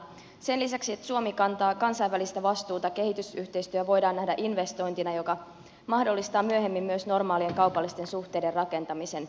sen lisäksi että suomi kantaa kansainvälistä vastuuta kehitysyhteistyö voidaan nähdä investointina joka mahdollistaa myöhemmin myös normaalien kaupallisten suhteiden rakentamisen suomellekin